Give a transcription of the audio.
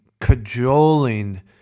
cajoling